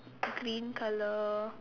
green colour